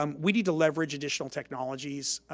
um we need to leverage additional technologies.